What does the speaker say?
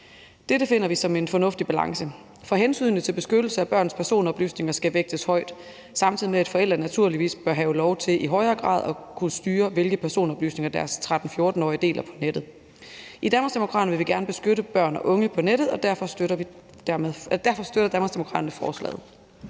Dette opfatter vi som en fornuftig balance. For hensynet til en beskyttelse af børns personoplysninger skal vægtes højt, samtidig med at forældre naturligvis i højere grad bør have lov til at kunne styre, hvilke personoplysninger deres 13-14-årige deler på nettet. I Danmarksdemokraterne vil gerne beskytte børn og unge på nettet, og derfor støtter vi forslaget.